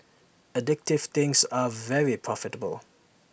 addictive things are very profitable